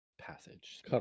passage